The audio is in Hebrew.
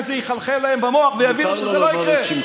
זה יחלחל להם במוח ויבינו שזה לא יקרה.